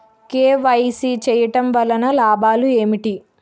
KYC చేయటం వలన లాభాలు ఏమిటి?